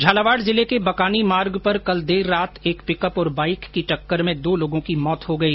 झालावाड़ जिले के बकानी मार्ग पर कल देर रात एक पिकअप और बाइक की टक्कर में दो लोगों की मौत हो गई